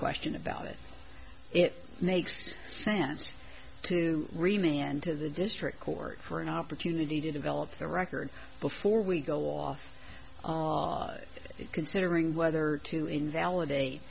question about it it makes sense to remain and to the district court for an opportunity to develop their record before we go off considering whether to invalidate